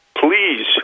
Please